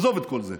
עזוב את כל זה.